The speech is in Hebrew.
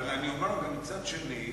אבל אני אומר גם מצד שני,